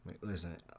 Listen